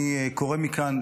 אני קורא מכאן,